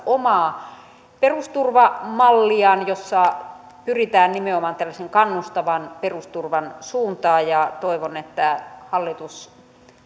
omaa perusturvamalliaan jossa pyritään nimenomaan tällaisen kannustavan perusturvan suuntaan ja toivon että hallitus